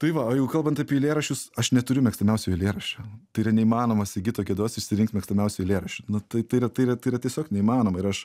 tai va o jeigu kalbant apie eilėraščius aš neturiu mėgstamiausio eilėraščio tai yra neįmanoma sigito gedos išsirinkt mėgstamiausio eilėraščio nu tai tai yra tai yra tai yra tiesiog neįmanoma ir aš